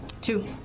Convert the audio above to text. two